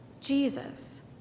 Jesus